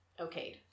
okayed